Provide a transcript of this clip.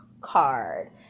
card